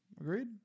Agreed